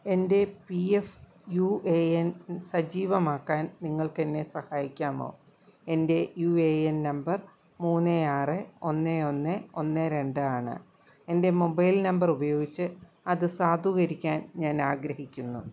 എന്റെ P F U A N സജീവമാക്കാൻ നിങ്ങൾക്കെന്നെ സഹായിക്കാമോ എന്റെ യൂ ഏ എൻ നമ്പർ മൂന്ന് ആറ് ഒന്ന് ഒന്ന് ഒന്ന് രണ്ടാണ് എന്റെ മൊബൈൽ നമ്പർ ഉപയോഗിച്ച് അതു സാധൂകരിക്കാൻ ഞാനാഗ്രഹിക്കുന്നു